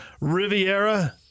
Riviera